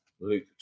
Luke